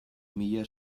mila